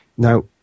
Now